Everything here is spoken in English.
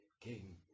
King